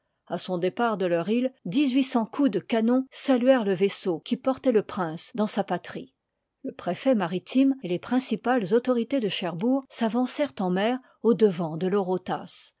à son départ de leur île dixhuit cents coups de canon saluèrent le vaisseau qui portoit le prince dans sa patrie ie préfet maritime et les principales autorités de cherbourg s'avancèrent en mer au-devant de